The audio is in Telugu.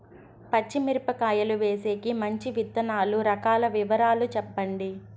పచ్చి మిరపకాయలు వేసేకి మంచి విత్తనాలు రకాల వివరాలు చెప్పండి?